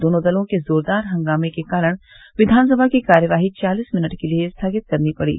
दोनों दलों के जोरदार हंगामे के कारण विधानसभा की कार्यवाही चालीस मिनट के लिये स्थगित करनी पड़ी